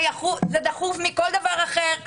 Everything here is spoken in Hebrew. זה דחוף יותר מכל דבר אחר.